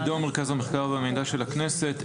עדו, מרכז המחקר והמידע של הכנסת.